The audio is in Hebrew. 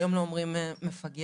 היום לא אומרים "מפגר",